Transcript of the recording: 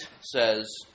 says